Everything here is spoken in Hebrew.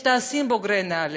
יש טייסים בוגרי נעל"ה,